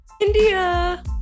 India